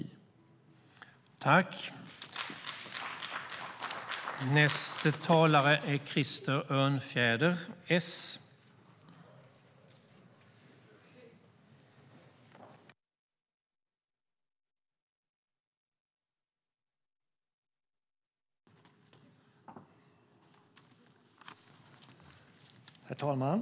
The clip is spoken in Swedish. I detta anförande instämde Johan Johansson, Jessica Polfjärd, Hans Rothenberg, Cecilie Tenfjord-Toftby och Boriana Åberg samt Anders Ahlgren och Helena Lindahl .